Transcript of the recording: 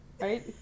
Right